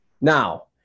Now